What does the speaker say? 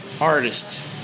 artist